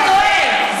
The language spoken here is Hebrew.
אתה טועה.